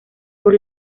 por